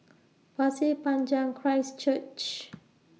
Pasir Panjang Christ Church